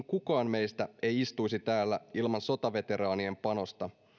kukaan meistä ei istuisi täällä ilman sotaveteraanien panosta